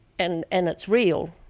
and and it's real,